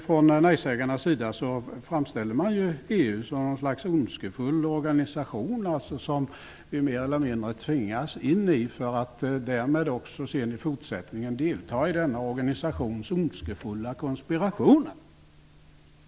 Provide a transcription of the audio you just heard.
Från nej-sägarnas sida framställs EU som en ondskefull organisation, som vi mer eller mindre tvingas in i, för att därmed också i fortsättningen delta i denna organisations ondskefulla konspirationer.